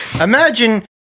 Imagine